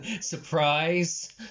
surprise